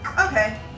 Okay